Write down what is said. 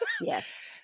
Yes